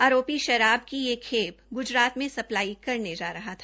आरोपी शराब की यह खेप ग्जरात में सप्लाई करने जा रहा था